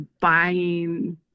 buying